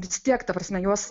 vis tiek ta prasme juos